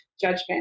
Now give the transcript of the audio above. judgment